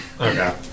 Okay